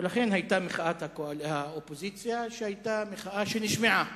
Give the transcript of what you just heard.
ולכן היתה מחאת האופוזיציה שהיתה מחאה שנשמעה.